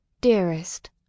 dearest